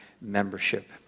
membership